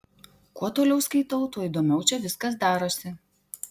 kuo toliau skaitau tuo įdomiau čia viskas darosi